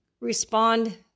respond